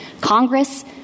Congress—